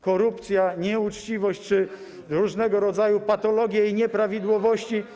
Korupcja, nieuczciwość czy różnego rodzaju patologie i nieprawidłowości.